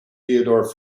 theodore